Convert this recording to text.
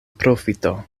profito